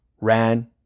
ran